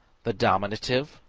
the dominative,